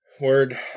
Word